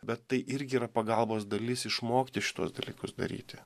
bet tai irgi yra pagalbos dalis išmokti šituos dalykus daryti